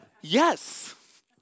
Yes